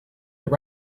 with